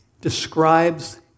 describes